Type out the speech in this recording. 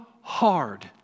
hard